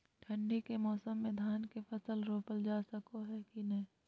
ठंडी के मौसम में धान के फसल रोपल जा सको है कि नय?